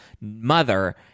mother